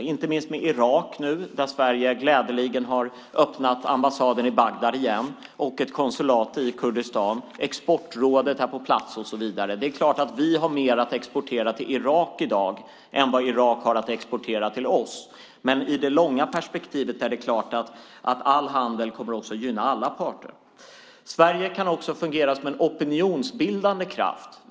Det gäller inte minst Irak där Sverige har öppnat ambassaden i Bagdad igen och ett konsulat i Kurdistan och Exportrådet är på plats. Det är klart att vi har mer att exportera till Irak i dag än vad Irak har att exportera till oss. I det långa perspektivet kommer dock all handel att gynna alla parter. Sverige kan också fungera som en opinionsbildande kraft.